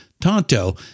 Tonto